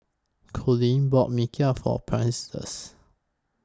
Colleen bought Mee Kuah For Prentiss